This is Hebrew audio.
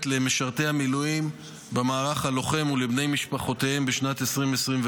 למשרתי המילואים במערך הלוחם ולבני משפחותיהם בשנת 2024,